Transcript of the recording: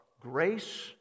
grace